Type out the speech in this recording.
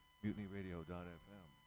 mutinyradio.fm